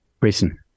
reason